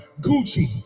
Gucci